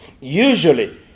usually